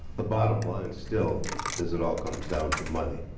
the bottom line still is it all comes down to money.